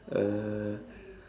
uh